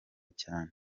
cyane